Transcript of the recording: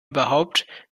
überhaupt